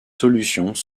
solutions